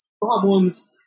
problems